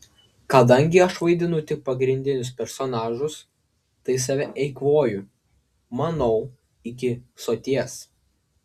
kadangi aš vaidinu tik pagrindinius personažus tai save eikvoju manau iki soties